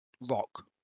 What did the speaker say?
rock